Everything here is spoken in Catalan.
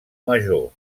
major